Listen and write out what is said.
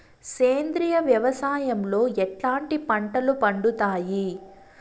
సేంద్రియ వ్యవసాయం లో ఎట్లాంటి పంటలు పండుతాయి